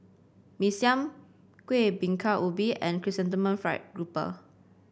Mee Siam Kuih Bingka Ubi and Chrysanthemum Fried Grouper